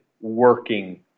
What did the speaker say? working